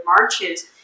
marches